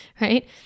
right